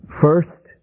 First